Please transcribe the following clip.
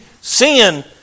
sin